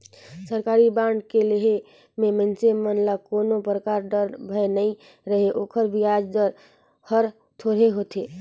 सरकारी बांड के लेहे मे मइनसे मन ल कोनो परकार डर, भय नइ रहें ओकर बियाज दर हर थोरहे रथे